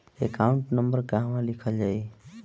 Account number कहवा लिखल जाइ?